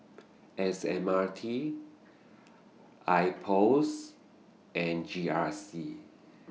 S M R T Ipos and G R C